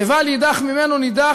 לבל יידח ממנו נידח,